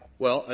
well,